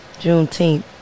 Juneteenth